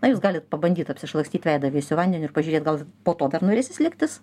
na jūs galit pabandyt apsišlakstyt veidą vėsiu vandeniu ir pažiūrėt gal po to dar norėsis liktis